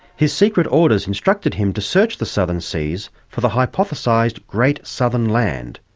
his secret orders instructed him to search the southern seas for the hypothesised great southern land,